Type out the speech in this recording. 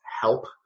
help